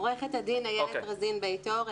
אני עורכת הדין איילת רזין בית אור,